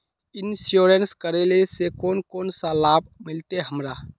Insurance करेला से कोन कोन सा लाभ मिलते हमरा?